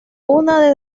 una